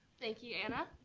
thank you anna.